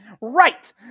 right